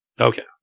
Okay